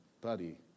buddy